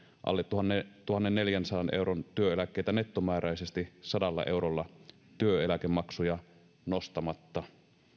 alle tuhannenneljänsadan euron työeläkkeitä nettomääräisesti sadalla eurolla työeläkemaksuja nostamatta